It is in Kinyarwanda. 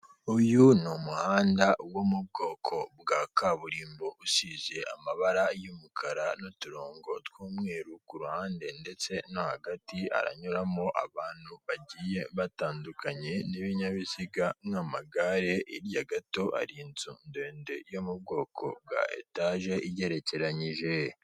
Uyu ni umuhanda wo mu bwoko bwa kaburimbo usize amabara y'umukara n'uturongo tw'umweru kuhande ndetse no hagati, aranyuramo abantu bagiye batandukanye, n'ibinyabiziga nk'amagare, hirya gato hari inzu ndende yo mu bwoko bwa etaje igerekeranyije.